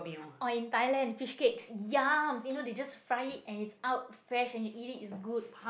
or in Thailand fishcakes !yums! you know they just fry it and it's out fresh and you eat it it's good